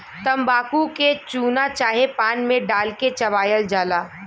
तम्बाकू के चूना चाहे पान मे डाल के चबायल जाला